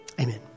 Amen